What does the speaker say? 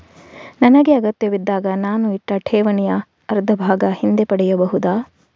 ನನಗೆ ಅಗತ್ಯವಿದ್ದಾಗ ನಾನು ಇಟ್ಟ ಠೇವಣಿಯ ಅರ್ಧಭಾಗ ಹಿಂದೆ ಪಡೆಯಬಹುದಾ?